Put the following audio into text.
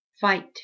fight